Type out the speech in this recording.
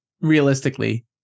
realistically